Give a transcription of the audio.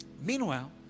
meanwhile